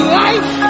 life